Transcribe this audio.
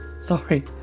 Sorry